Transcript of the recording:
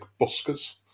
Busker's